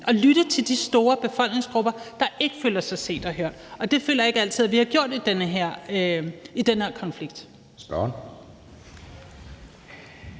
at lytte til de store befolkningsgrupper, der ikke føler sig set og hørt. Det føler jeg ikke altid at vi har gjort i den her konflikt.